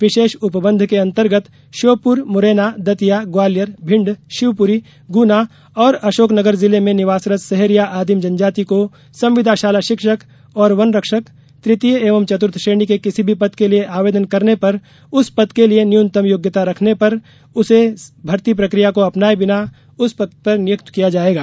विशेष उपबंध के अन्तर्गत श्योपुर मुरैना दतिया ग्वालियर भिण्ड शिवपुरी गुना और अशोकनगर जिले में निवासरत सहरिया आदिम जनजाति को संविदा शाला शिक्षक और वन रक्षक ततीयचतुर्थ श्रेणी के किसी भी पद के लिये आवेदन करने पर उस पद के लिये न्यूनतम योग्यता रखने पर उसे भर्ती प्रक्रिया को अपनाये बिना उस पद पर नियुक्त किया जायेगा